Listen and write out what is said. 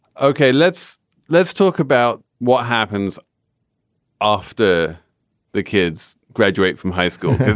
ok, let's let's talk about what happens after the kids graduate from high school,